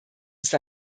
ist